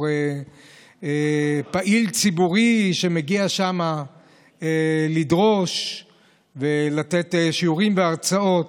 בתור פעיל ציבורי שמגיע שמה לדרוש ולתת שיעורים והרצאות.